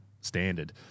standard